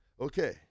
Okay